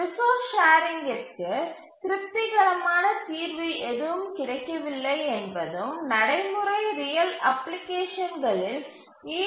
resource ஷேரிங்கிற்கு திருப்திகரமான தீர்வு எதுவும் கிடைக்கவில்லை என்பதும் நடைமுறை ரியல் அப்ளிகேஷன்களில் ஈ